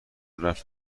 رفت